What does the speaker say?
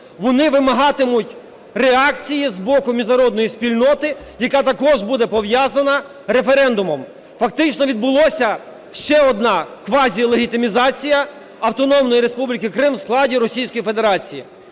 вони вимагатимуть реакції з боку міжнародної спільноти, яка також буде пов'язана референдумом. Фактично відбулася ще одна квазілегітимізація Автономної Республіки Крим в складі Російської Федерації.